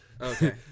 Okay